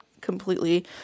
completely